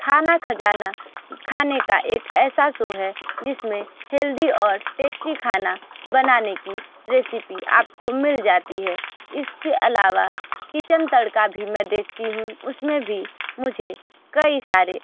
खाना ख़जाना खाने का एक ऐसा शो है जिसमें हेल्दी और टेस्टी खाना बनाने की रेसिपी आपको मिल जाती है इसके अलावा किचन तड़का भी मैं देखती हूँ उसमें भी मुझे कई सारे